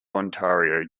ontario